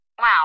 Wow